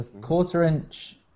quarter-inch